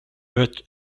but